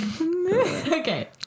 Okay